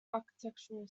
architectural